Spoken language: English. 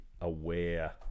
aware